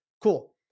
Cool